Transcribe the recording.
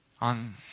On